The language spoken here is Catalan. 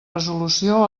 resolució